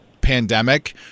pandemic